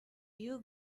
you